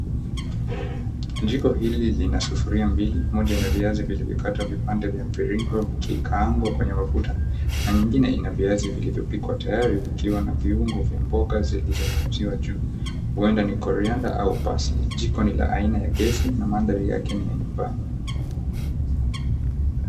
Jiko hili lina sufuria mbili. Moja ina viazi vilivyokatwa vipande vya mviringo, vikikaangwa kwenye mafuta. Na nyingine ina viazi vilivyopikwa, tayari vikiwa na viungo vya mboga zilizonyunyuziwa juu, huenda ni korianda au parsley . Jiko ni la aina ya gesi, na mandhari yake ni ya nyumbani.